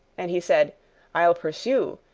and he said i'll pursue,